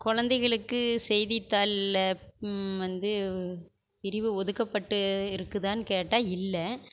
கொழந்தைகளுக்கு செய்தித்தாளில் வந்து பிரிவு ஒதுக்கப்பட்டு இருக்குதானு கேட்டால் இல்லை